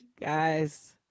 guys